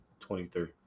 23